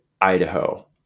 Idaho